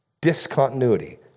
discontinuity